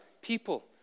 people